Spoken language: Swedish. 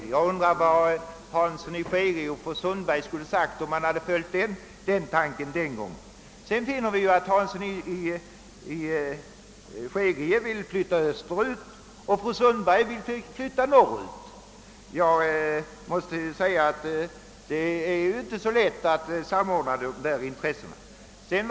Jag undrar bara vad herr Hansson i Skegrie och fru Sundberg hade sagt om man den gången hade följt den tanken. Vi finner att herr Hansson i Skegrie vill flytta österut och att fru Sundberg vill flytta norrut. Jag måste säga att det inte är så lätt att samordna dessa intressen.